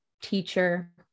teacher